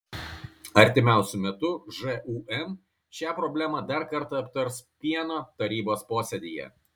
artimiausiu metu žūm šią problemą dar kartą aptars pieno tarybos posėdyje